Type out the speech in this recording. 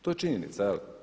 To je činjenica.